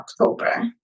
October